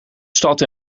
stad